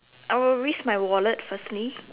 I would risk my wallet firstly